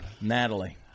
Natalie